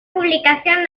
publicación